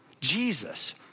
Jesus